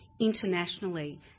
internationally